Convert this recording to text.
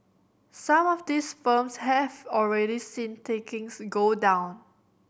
some of these firms have already seen takings go down